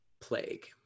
plague